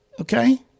Okay